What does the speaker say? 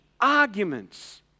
arguments